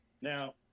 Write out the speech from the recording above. now